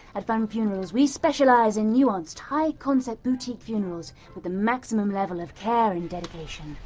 at funn funerals we specialise in nuanced, high concept boutique funerals with the maximum level of care and dedication